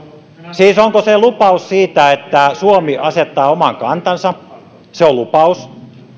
siis onko se lupaus siitä että suomi asettaa oman kantansa se on lupaus